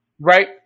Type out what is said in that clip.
right